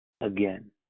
again